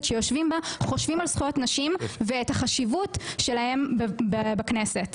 שיושבים בה חושבים על זכויות נשים ואת החשיבות שלהם בכנסת.